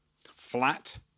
flat